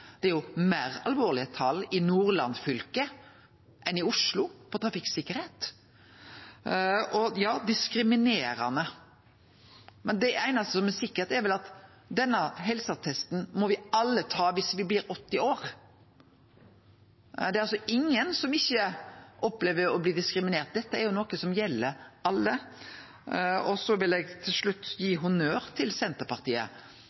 enn i Oslo. Og til at det er diskriminerande: Det einaste som er sikkert, er vel at denne helseattesten må me alle ta viss me blir 80 år. Det er altså ingen som ikkje opplever å bli diskriminert. Dette er jo noko som gjeld alle. Til slutt vil eg gi honnør til